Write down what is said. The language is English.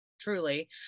truly